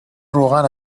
روغن